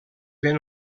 ben